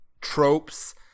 tropes